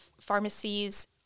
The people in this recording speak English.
pharmacies